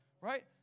Right